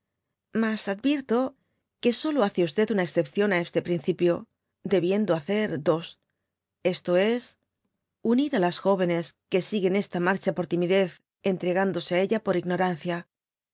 mas advierto que solo hace dby google una excepción á este principio debiendo hacer dos esto es unir á las jóvenes que siguen esta marcha por timidez entregándose á ella por ignorancia